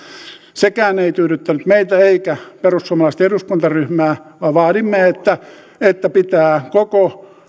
sekään ei tyydyttänyt meitä eikä perussuomalaisten eduskuntaryhmää vaan vaadimme että että pitää koko